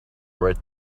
right